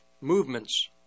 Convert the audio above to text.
movements